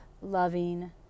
loving